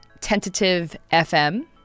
tentative.fm